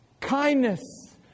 kindness